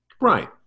Right